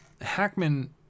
Hackman